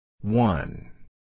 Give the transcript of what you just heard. One